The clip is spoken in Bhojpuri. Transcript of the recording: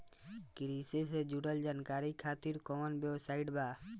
कृषि से जुड़ल जानकारी खातिर कोवन वेबसाइट बा?